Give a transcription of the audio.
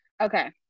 Okay